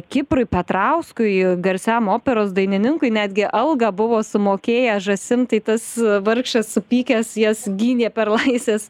kiprui petrauskui garsiam operos dainininkui netgi algą buvo sumokėję žąsim tai tas vargšas supykęs jas gynė per laisvės